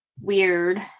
weird